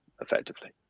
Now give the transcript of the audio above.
effectively